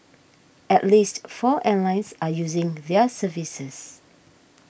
at least four airlines are using their services